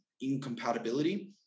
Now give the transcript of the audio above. incompatibility